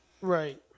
right